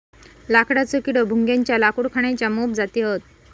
लाकडेचो किडो, भुंग्याच्या लाकूड खाण्याच्या मोप जाती हत